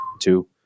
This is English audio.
two